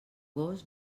gos